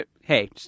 Hey